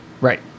right